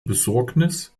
besorgnis